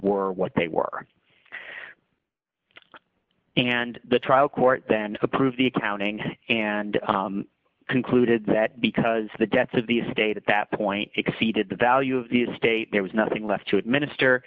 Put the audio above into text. were what they were and the trial court then approved the accounting and concluded that because the debts of the estate at that point exceeded the value of the estate there was nothing left to administer